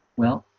well,